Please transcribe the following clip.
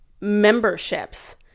memberships